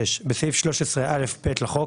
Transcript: תגמולים אחרי פטירתו של נכה 6. בסעיף 13א(ב) לחוק,